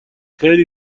خیلی